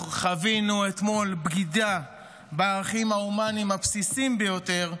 אנחנו חווינו אתמול בגידה בערכים ההומניים הבסיסיים ביותר,